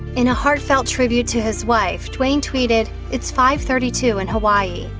in a heartfelt tribute to his wife, duane tweeted it's five thirty two in hawaii,